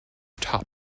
top